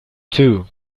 two